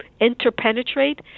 interpenetrate